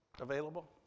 available